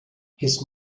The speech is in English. his